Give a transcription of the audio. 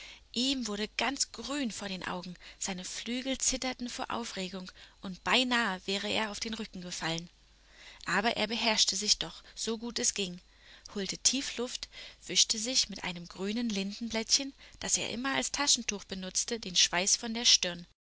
ihm wurde ganz grün vor den augen seine flügel zitterten vor aufregung und beinahe wäre er auf den rücken gefallen aber er beherrschte sich doch so gut es ging holte tief luft wischte sich mit einem grünen lindenblättchen das er immer als taschentuch benutzte den schweiß von der stirn